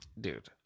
Dude